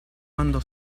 quando